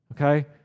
Okay